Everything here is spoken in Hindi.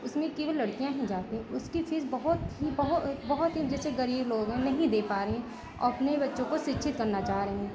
उसमें केवल लड़कियाँ ही जाती हैं उसकी फ़ीस बहुत ही बहुत बहुत ही जैसे गरीब लोग हैं नहीं दे पा रहे हैं और अपने बच्चों को शिक्षित करना चाह रहे हैं